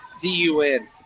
D-U-N